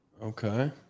Okay